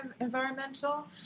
environmental